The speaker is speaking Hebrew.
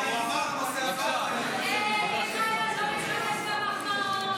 אל תתרגש מהמחמאות.